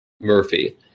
Murphy